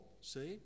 See